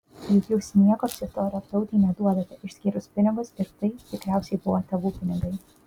juk jūs nieko psichoterapeutei neduodate išskyrus pinigus ir tai tikriausiai buvo tėvų pinigai